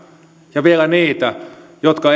ja vielä niitä jotka